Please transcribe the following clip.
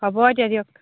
হ'ব এতিয়া দিয়ক